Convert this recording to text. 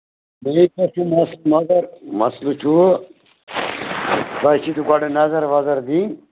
نہَ ییٚتہِ نَس چھُ مسلہٕ مَگر مَسلہٕ چھُ تۄہہِ چھِو گۄڈٕ نَظر وَزر دِنۍ